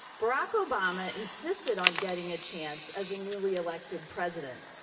barack obama insisted on getting a chance as a newly elected president.